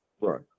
right